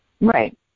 Right